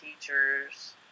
teachers